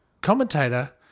commentator